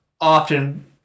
often